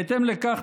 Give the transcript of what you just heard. בהתאם לכך,